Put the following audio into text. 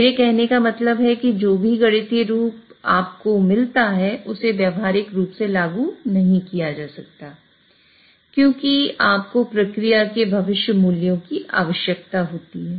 मेरे कहने का मतलब है कि जो भी गणितीय रूप आपको मिलता है उसे व्यावहारिक रूप से लागू नहीं किया जा सकता है क्योंकि आपको प्रक्रिया के भविष्य मूल्यों की आवश्यकता होती है